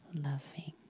loving